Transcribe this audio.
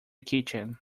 kitchen